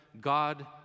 God